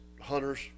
hunters